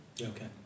Okay